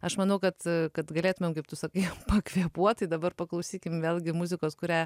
aš manau kad kad galėtumėm kaip tu sakai pakvėpuoti dabar paklausykim vėlgi muzikos kurią